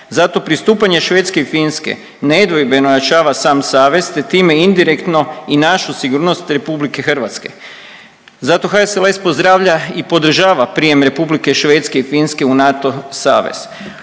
Zato pristupanje Švedske i Finske nedvojbeno ojačava sam savez te time indirektno i našu sigurnost RH. Zato HSLS pozdravlja i podržava prijem Republike Švedske i Finske u NATO savez.